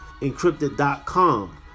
encrypted.com